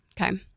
Okay